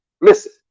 Listen